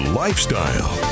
lifestyle